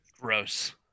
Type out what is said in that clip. Gross